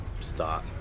stop